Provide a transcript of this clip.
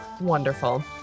Wonderful